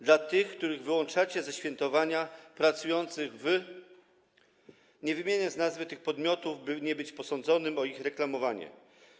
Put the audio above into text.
Dla tych, których wyłączacie ze świętowania, pracujących w..., nie wymienię z nazwy tych podmiotów, by nie być posądzonym o ich reklamowanie.